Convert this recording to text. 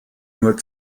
nur